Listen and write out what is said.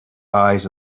eyes